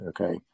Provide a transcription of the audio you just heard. okay